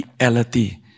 reality